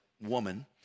woman